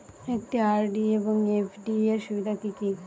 একটি আর.ডি এবং এফ.ডি এর সুবিধা কি কি?